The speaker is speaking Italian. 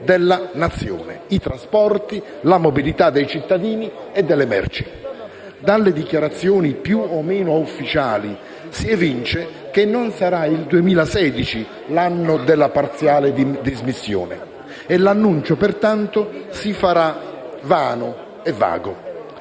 della Nazione: i trasporti, la mobilità dei cittadini e delle merci. Dalle dichiarazioni più o meno ufficiali si evince che non sarà il 2016 l'anno della parziale dismissione, e l'annuncio pertanto si farà vano e vago.